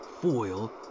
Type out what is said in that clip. foil